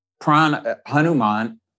Hanuman